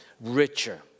richer